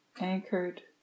anchored